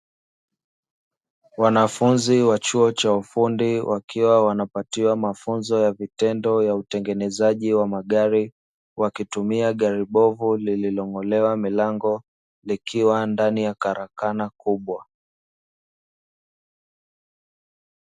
Wanafunzi wa chuo cha ufundi wakiwa wanapatiwa mafunzo ya vitendo ya utengenezaji wa magari. Wakitumia gari bovu lililong'olewa milango likiwa ndani ya karakana kubwa.